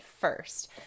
first